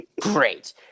Great